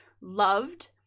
loved